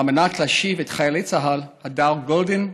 על מנת להשיב את חייל צה"ל הדר גולדין,